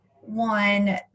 one